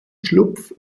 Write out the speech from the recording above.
schlupf